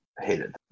hated